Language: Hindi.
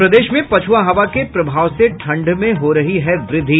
और प्रदेश में पछ्आ हवा के प्रभाव से ठंड में हो रही है वृद्धि